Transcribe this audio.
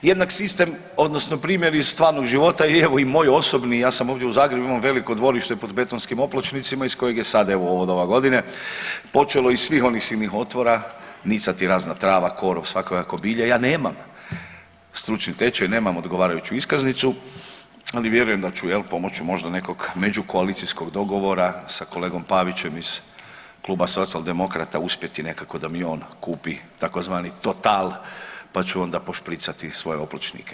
Jednak sistem odnosno primjer iz stvarnog života je i moj osobni, ja sam ovdje u Zagrebu imam veliko dvorište pod betonskim opločnicima iz kojeg je sad evo u ovo doba godine počelo iz svih onih silnih otvora nicati razna trava, korov, svakojako bilje, ja nemam stručni tečaj, nemam odgovarajuću iskaznicu, ali vjerujem da ću jel pomoću možda nekog međukoalicijskog dogovora sa kolegom Pavićem iz Kluba Socijaldemokrata uspjeti nekako da mi on kupi tzv. Total pa ću onda pošpricati svoje opločnike.